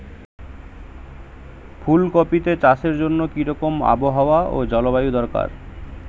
ফুল কপিতে চাষের জন্য কি রকম আবহাওয়া ও জলবায়ু দরকার?